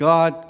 God